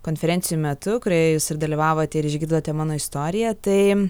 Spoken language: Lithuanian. konferencijų metu kurioje jūs ir dalyvavote ir išgirdote mano istoriją tai